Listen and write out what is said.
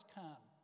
come